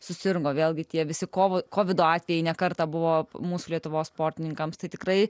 susirgo vėlgi tie visi kovą kovido atvejai ne kartą buvo mūsų lietuvos sportininkams tai tikrai